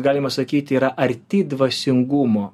galima sakyti yra arti dvasingumo